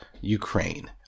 Ukraine